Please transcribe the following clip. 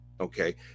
Okay